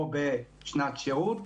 או בשנת שירות.